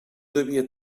devia